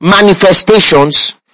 manifestations